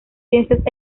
ciencias